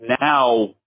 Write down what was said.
now